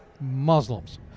Muslims